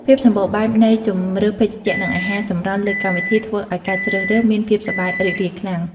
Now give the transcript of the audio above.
ភាពសម្បូរបែបនៃជម្រើសភេសជ្ជៈនិងអាហារសម្រន់លើកម្មវិធីធ្វើឱ្យការជ្រើសរើសមានភាពសប្បាយរីករាយខ្លាំង។